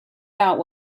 out